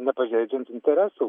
nepažeidžiant interesų